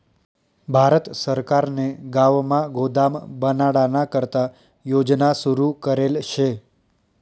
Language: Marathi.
भारत सरकारने गावमा गोदाम बनाडाना करता योजना सुरू करेल शे